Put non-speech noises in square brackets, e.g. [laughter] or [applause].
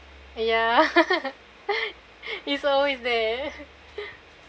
!aiya! [laughs] he's always there [laughs]